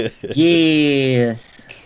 Yes